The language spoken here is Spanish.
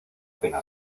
pena